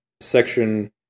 section